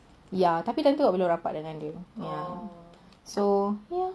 ya tapi time rapat dengan dia so ya